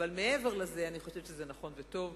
אבל מעבר לזה אני חושבת שזה נכון וטוב.